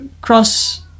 cross